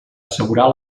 assegurar